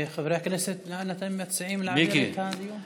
חברי הכנסת, לאן אתם מציעים להעביר את הדיון?